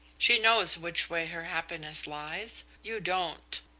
she knows which way her happiness lies. you don't.